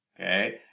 Okay